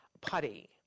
Putty